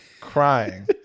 crying